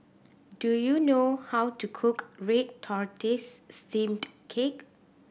do you know how to cook red tortoise steamed cake